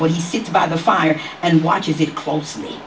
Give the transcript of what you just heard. but he sits by the fire and watches it closely